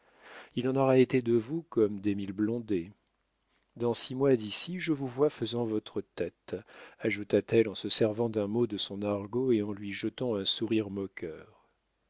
il en aura été de vous comme d'émile blondet dans six mois d'ici je vous vois faisant votre tête ajouta-t-elle en se servant d'un mot de son argot et en lui jetant un sourire moqueur